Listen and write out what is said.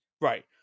Right